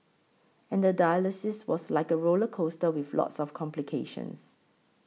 and the dialysis was like a roller coaster with lots of complications